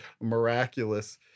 miraculous